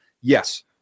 Yes